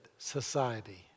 society